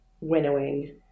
winnowing